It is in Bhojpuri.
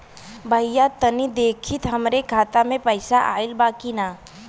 भईया तनि देखती हमरे खाता मे पैसा आईल बा की ना?